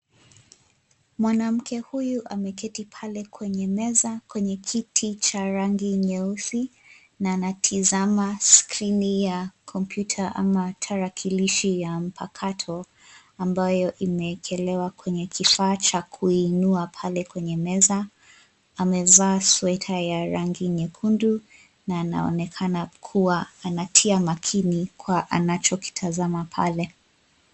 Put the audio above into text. Mwanamke huyu ameketi pale kwenye meza kwenye kiti cha rangi nyeusi na anatizama skrini ya kompyuta ama tarakilishi ya mpakato, ambayo imeekelewa kwenye kifaa cha kuiinua pale kwenye meza. Amevaa sweta ya rangi nyekundu na anaonekana kuwa anatia makini kwa anachokitazama pale.